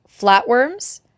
Flatworms